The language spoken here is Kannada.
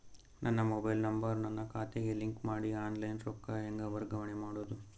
ನನ್ನ ಮೊಬೈಲ್ ನಂಬರ್ ನನ್ನ ಖಾತೆಗೆ ಲಿಂಕ್ ಮಾಡಿ ಆನ್ಲೈನ್ ರೊಕ್ಕ ಹೆಂಗ ವರ್ಗಾವಣೆ ಮಾಡೋದು?